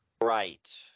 Right